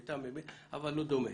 אבל לא דומה.